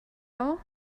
all